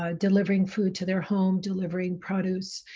ah delivering food to their home, delivering produce,